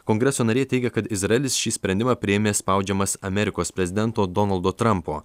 kongreso nariai teigia kad izraelis šį sprendimą priėmė spaudžiamas amerikos prezidento donaldo trampo